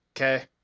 okay